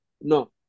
no